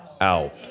out